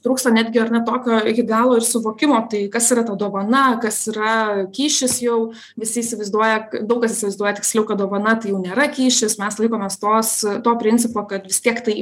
trūksta netgi ar ne tokio iki galo ir suvokimo tai kas yra ta dovana kas yra kyšis jau visi įsivaizduoja daug kas įsivaizduoja tiksliau kad dovana tai jau nėra kyšis mes laikomės tos to principo kad vis tiek tai